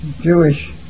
Jewish